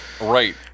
right